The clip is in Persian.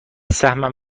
سهمم